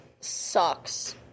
sucks